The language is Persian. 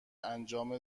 انجام